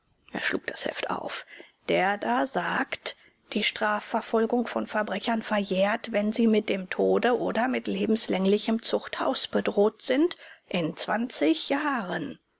er schlug das heft auf der da sagt die strafverfolgung von verbrechern verjährt wenn sie mit dem tode oder mit lebenslänglichem zuchthaus bedroht sind in zwanzig jahren